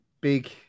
big